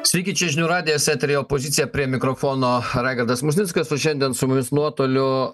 sveiki čia žinių radijas eteryje opozicija prie mikrofono raigardas musnickas su šiandien su mumis nuotoliu